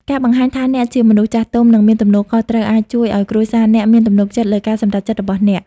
ការបង្ហាញថាអ្នកជាមនុស្សចាស់ទុំ និងមានទំនួលខុសត្រូវ អាចជួយឲ្យគ្រួសារអ្នកមានទំនុកចិត្តលើការសម្រេចចិត្តរបស់អ្នក។